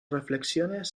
reflexiones